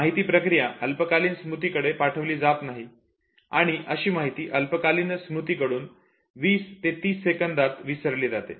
माहिती प्रक्रिया अल्पकालीन स्मृती कडे पाठवली जात नाही आणि अशी माहिती अल्पकालीन स्मृती कडून 20 ते 30 सेकंदात विसरली जाते